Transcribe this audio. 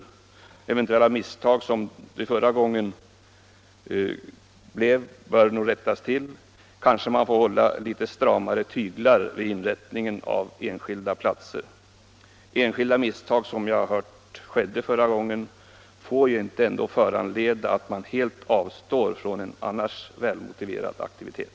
De enstaka misstag som gjordes förra gången bör givetvis då rättas till, kanske får man också hålla något stramare tyglar vid inrättandet av enskilda platser. De misstag som begicks förra gången får inte, menar jag, föranleda att man helt avstår från en annars välmotiverad aktivitet.